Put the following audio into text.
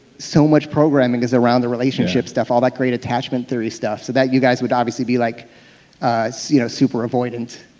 so much programming is around the relationship stuff, all that great attachment theory stuff so that you guys would obviously be like so you know super avoidant,